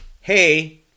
hey